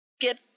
get